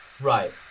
Right